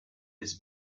his